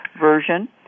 version